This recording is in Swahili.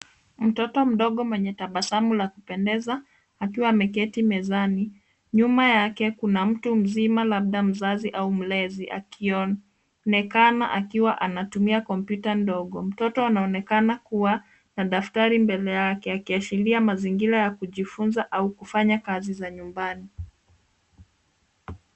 Mtoto mdogo mwenye tabasamu la kupendeza akiwa ameketi mezani. Nyuma yake kuna mtu mzima, labda mzazi au mlezi, akionekana akiwa anatumia kompyuta ndogo. Mtoto anaonekana kuwa na daftari mbele yake, akiashiria mazingira ya kujifunza au kufanya kazi za nyumbani.